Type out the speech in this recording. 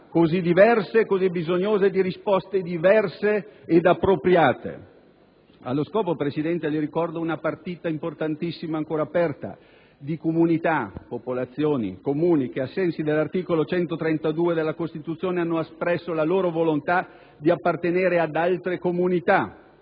così diverse e così bisognose di risposte diverse ed appropriate. Allo scopo, signor Presidente, le ricordo una partita importantissima ancora aperta di comunità, popolazioni, Comuni che, ai sensi dell'articolo 132 della Costituzione, hanno espresso la loro volontà di appartenere ad altre comunità,